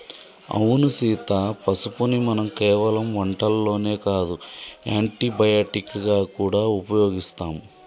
అవును సీత పసుపుని మనం కేవలం వంటల్లోనే కాదు యాంటీ బయటిక్ గా గూడా ఉపయోగిస్తాం